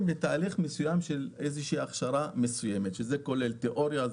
בתהליך מסוים של הכשרה מסוימת שכוללת תאוריה,